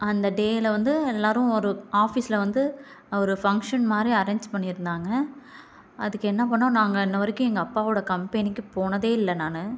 அந்த டேயில் வந்து எல்லாரும் ஒரு ஆஃபிஸில் வந்து அவர் ஃபங்க்ஷன் மாதிரி அரேஞ் பண்ணியிருந்தாங்க அதுக்கு என்ன பண்ணோம் நாங்கள் இன்று வரைக்கும் எங்கள் அப்பாவோட கம்பெனிக்கு போனதே இல்லை நான்